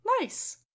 nice